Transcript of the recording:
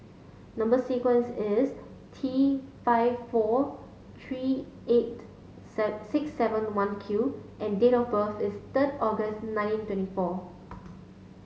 number sequence is T five four three eight six seven one Q and date of birth is third August nineteen twenty four